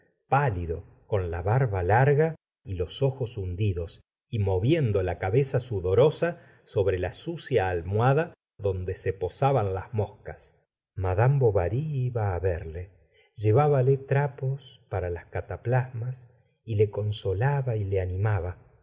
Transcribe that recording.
lido eon la barba larga y los ojos hundidos y moviendo la cabeza sudorosa sobre la sucia almohada donde se posaban las moscas madame bovary iba á verle llevába j e trapos para las cataplasmas y le consolaba y le animaba